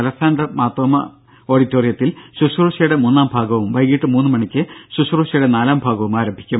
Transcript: Alexander Marthoma ഓഡിറ്റോറിയത്തിൽ ശുശ്രുഷയുടെ മൂന്നാം ഭാഗവും വൈകിട്ട് മൂന്ന് മണിക്ക് ശുശ്രുഷയുടെ നാലാം ഭാഗവും ആരംഭിക്കും